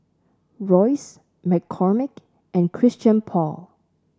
Royce McCormick and Christian Paul